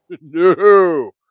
No